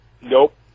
Nope